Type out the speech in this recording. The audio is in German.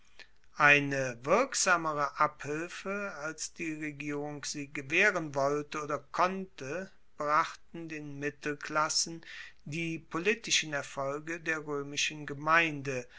eine wirksamere abhilfe als die regierung sie gewaehren wollte oder konnte brachten den mittelklassen die politischen erfolge der roemischen gemeinde